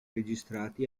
registrati